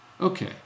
Okay